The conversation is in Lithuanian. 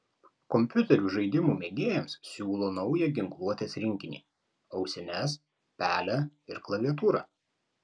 kompiuterių žaidimų mėgėjams siūlo naują ginkluotės rinkinį ausines pelę ir klaviatūrą